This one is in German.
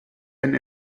einen